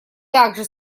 также